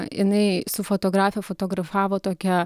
jinai su fotografe fotografavo tokią